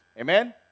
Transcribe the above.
Amen